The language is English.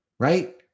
Right